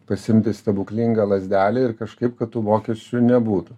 pasiimti stebuklingą lazdelę ir kažkaip kad tų mokesčių nebūtų